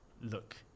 look